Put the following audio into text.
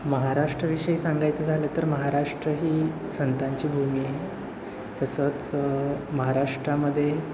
महाराष्ट्रविषयी सांगायचं झालं तर महाराष्ट्र ही संतांची भूमी आहे तसंच महाराष्ट्रामध्ये